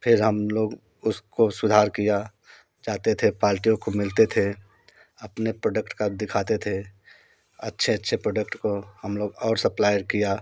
फिर हम लोग उसको सुधार किया जाते थे पाल्टियों को मिलते थे अपने प्रोडक्ट का दिखाते थे अच्छे अच्छे प्रोडक्ट को हम लोग और सप्लाइ किया